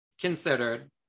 considered